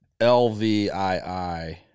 LVII